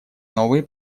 новые